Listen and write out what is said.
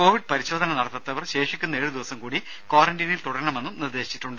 Covid പരിശോധന നടത്താത്തവർ ശേഷിക്കുന്ന ഏഴു ദിവസം കൂടി ക്വാറന്റീനിൽ തുടരണമെന്നും നിർദേശിച്ചിട്ടുണ്ട്